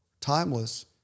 timeless